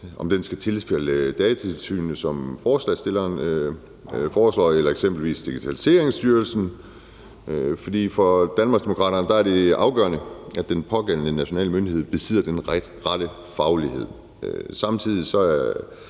skal tilfalde Datatilsynet, som forslagsstillerne foreslår, eller eksempelvis Digitaliseringsstyrelsen. For for Danmarksdemokraterne er det afgørende, at den pågældende nationale myndighed besidder den rette faglighed, samtidig med